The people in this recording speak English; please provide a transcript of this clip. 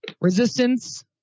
resistance